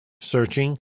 searching